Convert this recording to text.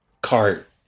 cart